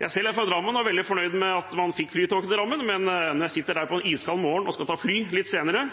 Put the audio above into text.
Jeg er selv fra Drammen, og er veldig fornøyd med at man fikk Flytoget til Drammen. Men når jeg på en iskald morgen skal ta Flytoget og fly litt senere,